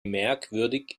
merkwürdig